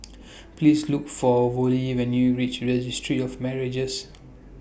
Please Look For Vollie when YOU REACH Registry of Marriages